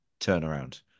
turnaround